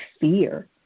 fear